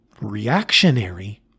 reactionary